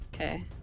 Okay